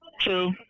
true